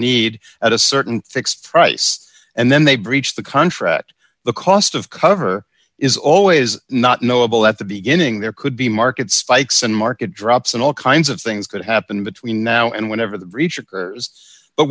need at a certain fixed price and then they breach the contract the cost of cover is always not knowable at the beginning there could be market spikes and market drops and all kinds of things could happen between now and whenever the b